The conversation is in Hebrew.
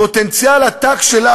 פוטנציאל עתק של,